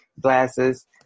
glasses